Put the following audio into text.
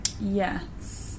Yes